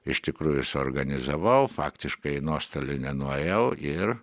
iš tikrųjų suorganizavau faktiškai į nuostolį nenuėjau ir